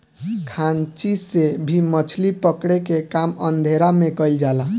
खांची से भी मछली पकड़े के काम अंधेरा में कईल जाला